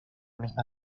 misma